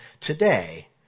today